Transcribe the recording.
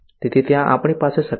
તેથી ત્યાં આપણી પાસે શક્તિઓ છે